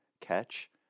Catch